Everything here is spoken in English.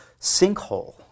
sinkhole